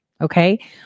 okay